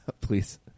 Please